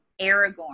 Aragorn